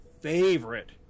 favorite